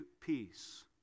peace